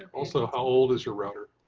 and also, how old is your router.